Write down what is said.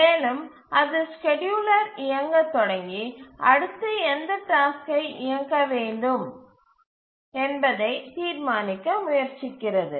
மேலும் அது ஸ்கேட்யூலர் இயக்க தொடங்கி அடுத்து எந்தப் டாஸ்க்கை இயக்க வேண்டும் என்பதை தீர்மானிக்க முயற்சிக்கிறது